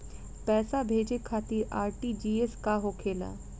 पैसा भेजे खातिर आर.टी.जी.एस का होखेला?